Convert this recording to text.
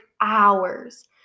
hours